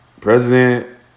President